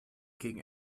gegen